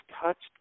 touched